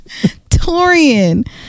Torian